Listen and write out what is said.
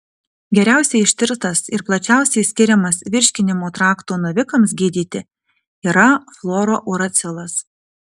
geriausiai ištirtas ir plačiausiai skiriamas virškinimo trakto navikams gydyti yra fluorouracilas